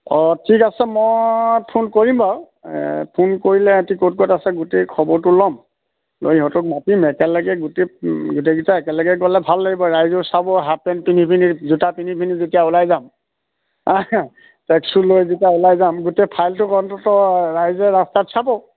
অঁ ঠিক আছে মই ফোন কৰিম বাৰু ফোন কৰিলে সেহেঁতি ক'ত ক'ত আছে গোটেই খবৰটো ল'ম লৈ সিহঁতক মতিম একেলগে গোটেই গোটেইকেইটা একেলগে গ'লে ভাল লাগিব ৰাইজেও চাব হাফ পেণ্ট পিন্ধি পিনি জোতা পিন্ধি পিনি যেতিয়া ওলাই যাম ট্ৰেকচ্যুট লৈ যেতিয়া ওলাই যাম গোটেই ফাইলটো অন্তত ৰাইজে ৰাস্তাত চাব